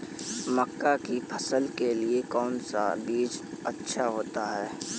मक्का की फसल के लिए कौन सा बीज अच्छा होता है?